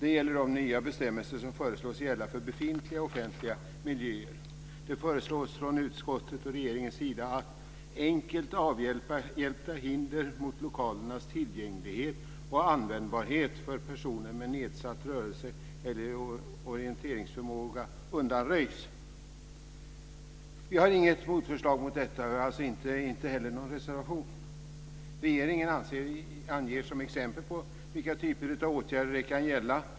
Det gäller de nya bestämmelser som föreslås gälla för befintliga offentliga miljöer. Det föreslås från utskottets och regeringens sida att "enkelt avhjälpta hinder mot lokalernas tillgänglighet och användbarhet för personer med nedsatt rörelse eller orienteringsförmåga undanröjs." Vi har inget motförslag till detta och alltså inte heller någon reservation. Regeringen anger exempel på vilka typer av åtgärder det kan gälla.